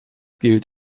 gilt